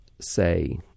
say